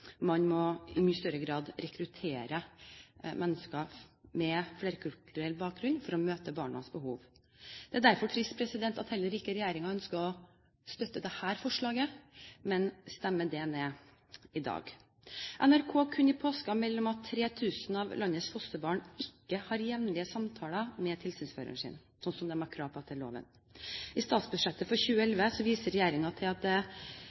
større grad må rekruttere mennesker med flerkulturell bakgrunn for å møte barnas behov. Det er derfor trist at heller ikke regjeringen ønsker å støtte dette forslaget, men stemmer det ned i dag. NRK kunne i påsken melde at 3 000 av landets fosterbarn ikke har jevnlige samtaler med tilsynsføreren sin, slik de har krav på etter loven. I statsbudsjettet for 2011 viser regjeringen til at faktisk 11,5 pst. av fosterhjemsbarna ikke har tilsynsfører – det